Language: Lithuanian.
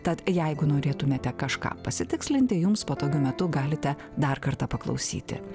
tad jeigu norėtumėte kažką pasitikslinti jums patogiu metu galite dar kartą paklausyti